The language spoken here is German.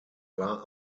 war